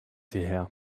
hierher